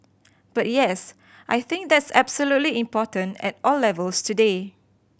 but yes I think that's absolutely important at all levels today